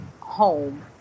home